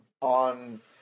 on